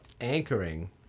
anchoring